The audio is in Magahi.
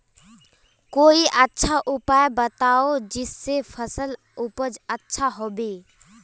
कोई अच्छा उपाय बताऊं जिससे फसल उपज अच्छा होबे